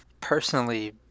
personally